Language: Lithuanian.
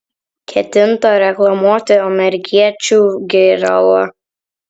ketinta reklamuoti amerikiečių gėralą